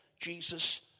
Jesus